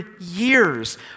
years